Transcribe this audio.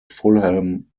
fulham